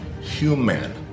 human